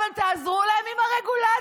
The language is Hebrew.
אבל תעזרו להם עם הרגולציות.